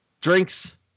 drinks